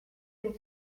and